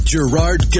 Gerard